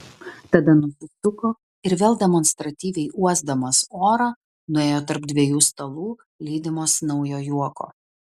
tada nusisuko ir vėl demonstratyviai uosdamas orą nuėjo tarp dviejų stalų lydimas naujo juoko